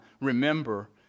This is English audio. remember